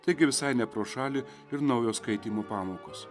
taigi visai ne pro šalį ir naujo skaitymo pamokos